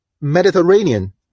Mediterranean